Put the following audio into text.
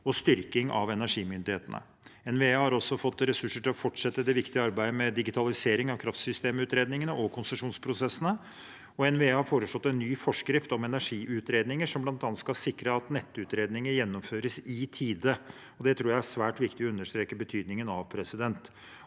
og styrking av energimyndighetene. NVE har også fått ressurser til å fortsette det viktige arbeidet med digitalisering av kraftsystemutredningene og konsesjonsprosessene. NVE har foreslått en ny forskrift om energiutredninger, som bl.a. skal sikre at nettutredninger gjennomføres i tide – det tror jeg er svært viktig å understreke betydningen av – og med